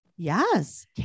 Yes